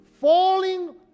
falling